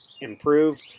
improve